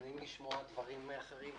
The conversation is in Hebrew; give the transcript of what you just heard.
גם נעים לשמוע דברים אחרים.